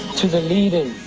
to the leaders,